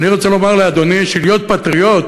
ואני רוצה לומר לאדוני שלהיות פטריוט